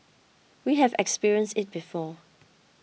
we have experienced it before